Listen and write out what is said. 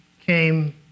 came